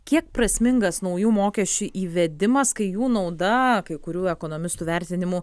kiek prasmingas naujų mokesčių įvedimas kai jų nauda kai kurių ekonomistų vertinimu